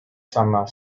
summer